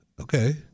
okay